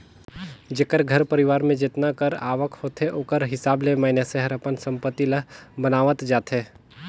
जेकर घर परिवार में जेतना कर आवक होथे ओकर हिसाब ले मइनसे हर अपन संपत्ति ल बनावत जाथे